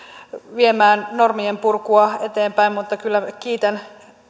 viemään normienpurkua eteenpäin mutta kyllä kiitän